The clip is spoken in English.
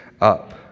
up